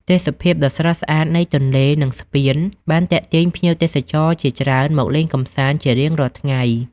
ទេសភាពដ៏ស្រស់ស្អាតនៃទន្លេ និងស្ពាន បានទាក់ទាញភ្ញៀវទេសចរជាច្រើនមកលេងកម្សាន្តជារៀងរាល់ថ្ងៃ។